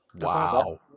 Wow